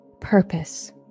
purpose